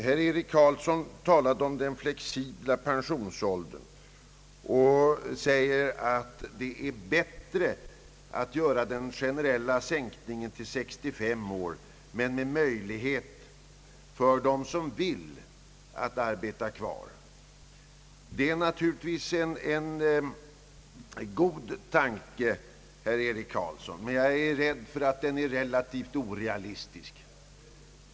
Herr Eric Carlsson talar om den flexibla pensionsåldern och säger att det är bättre att göra en generell sänkning till 65 år men med möjlighet för dem som vill att få fortsätta att arbeta. Det är naturligtvis en god tanke, herr Eric Carlsson, men jag är rädd för att den är relativt orealistisk.